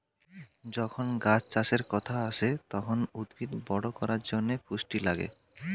যখন গাছ চাষের কথা আসে, তখন উদ্ভিদ বড় করার জন্যে পুষ্টি লাগে